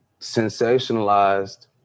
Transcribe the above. sensationalized